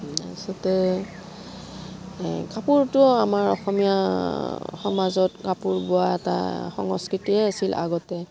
তাৰপিছতে কাপোৰটো আমাৰ অসমীয়া সমাজত কাপোৰ বোৱা এটা সংস্কৃতিয়ে আছিল আগতে